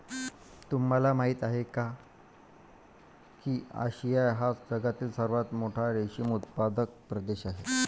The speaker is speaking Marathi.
तुम्हाला माहिती आहे का की आशिया हा जगातील सर्वात मोठा रेशीम उत्पादक प्रदेश आहे